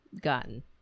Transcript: gotten